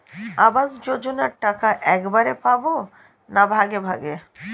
আবাস যোজনা টাকা একবারে পাব না ভাগে ভাগে?